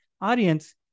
audience